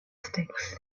sticks